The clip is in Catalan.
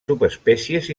subespècies